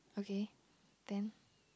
okay then